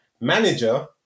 Manager